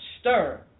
stir